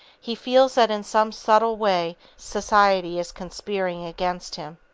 he feels that in some subtle way society is conspiring against him.